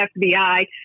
FBI